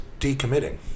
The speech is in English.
decommitting